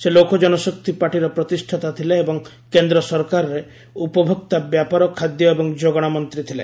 ସେ ଲୋକ ଜନଶକ୍ତି ପାର୍ଟିର ପ୍ରତିଷ୍ଠାତା ଥିଲେ ଏବଂ କେନ୍ଦ୍ର ସରକାରରେ ଉପଭୋକ୍ତା ବ୍ୟାପାର ଖାଦ୍ୟ ଏବଂ ଯୋଗାଣ ମନ୍ତ୍ରୀ ଥିଲେ